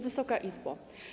Wysoka Izbo!